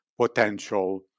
potential